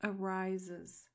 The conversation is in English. arises